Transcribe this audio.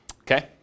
okay